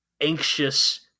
Anxious